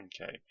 Okay